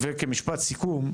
וכמשפט סיכום,